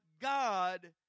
God